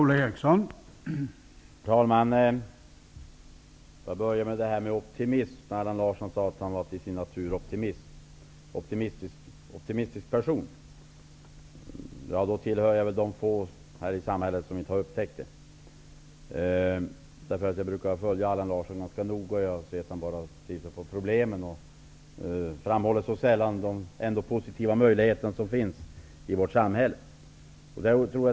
Herr talman! Jag börjar med att ta upp detta med optimism. Allan Larsson sade att han var optimist till sin natur, en optimistisk person. Då tillhör jag nog de få här i samhället som inte har upptäckt det. Jag brukar följa Allan Larssons agerande ganska noga. Han brukar bara se till problemen och sällan framhålla de positiva möjligheter som ändå finns i vårt samhälle.